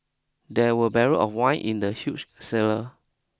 there were barrels of wine in the huge cellar